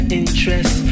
interest